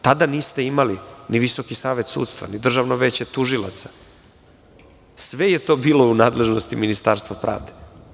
Tada niste imali ni Visoki savet sudstva, ni Državno veće tužilaca, sve je to bilo u nadležnosti Ministarstva pravde.